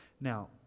Now